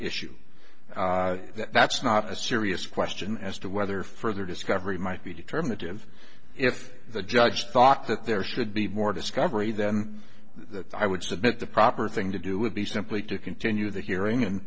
issue that's not a serious question as to whether further discovery might be determinative if the judge thought that there should be more discovery then the i would submit the proper thing to do would be simply to continue the hearing and